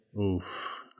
Oof